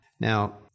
Now